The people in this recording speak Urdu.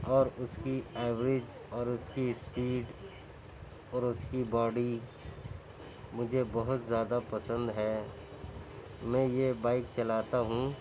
اور اس کی ایوریج اور اس کی اسپیڈ اور اس کی باڈی مجھے بہت زیادہ پسند ہیں میں یہ بائک چلاتا ہوں